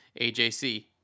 AJC